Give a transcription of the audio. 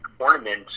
ornament